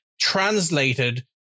translated